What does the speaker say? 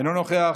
אינו נוכח,